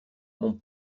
mon